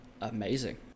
amazing